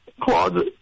closet